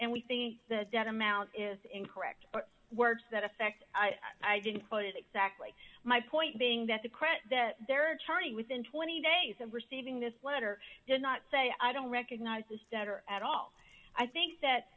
and we think that that amount is incorrect words that effect i didn't quote it exactly my point being that the credit that they're turning within twenty days of receiving this letter does not say i don't recognize this debtor at all i think that